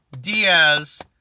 Diaz